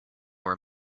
were